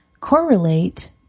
correlate